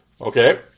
Okay